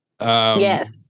Yes